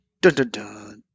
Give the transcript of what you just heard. Dun-dun-dun